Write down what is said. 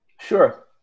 Sure